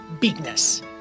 bigness